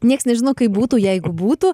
nieks nežino kaip būtų jeigu būtų